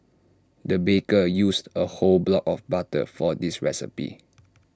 the baker used A whole block of butter for this recipe